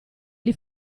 gli